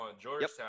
Georgetown